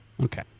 Okay